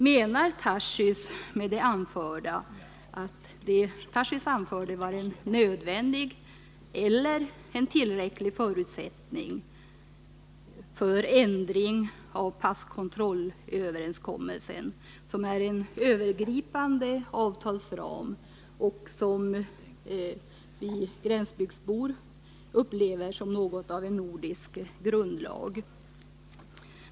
Menar Daniel Tarschys att det han anförde var en nödvändig eller en tillräcklig förutsättning för ändring av passkontrollöverenskommelsen, vilken är en övergripande avtalsram som vi gränsbygdsbor upplever som något av en nordisk grundlag?